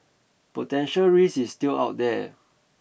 potential risk is still out there